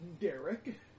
Derek